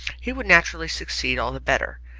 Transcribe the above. he would naturally succeed all the better.